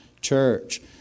Church